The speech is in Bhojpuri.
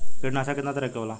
कीटनाशक केतना तरह के होला?